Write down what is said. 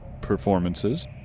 performances